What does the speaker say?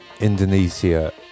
Indonesia